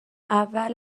اول